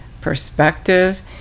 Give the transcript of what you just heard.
perspective